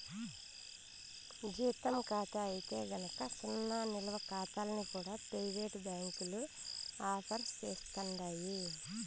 జీతం కాతా అయితే గనక సున్నా నిలవ కాతాల్ని కూడా పెయివేటు బ్యాంకులు ఆఫర్ సేస్తండాయి